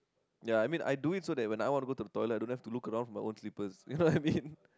ya I mean I do it so that when I want to go to the toilet I don't have to look around for my own slippers you know what I mean